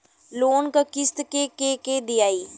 Loan क किस्त के के दियाई?